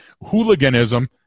hooliganism